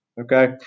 Okay